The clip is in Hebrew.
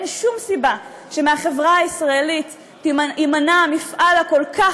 אין שום סיבה שמהחברה הישראלית יימנע המפעל הכל-כך